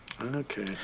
Okay